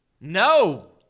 No